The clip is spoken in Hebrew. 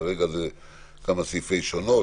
כרגע זה כמה סעיפי שונות,